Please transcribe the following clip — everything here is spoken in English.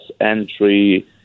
entry